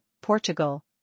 Portugal